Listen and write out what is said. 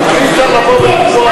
אבל אי-אפשר לבוא ולקבוע שלא יבחרו בו.